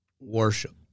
Worship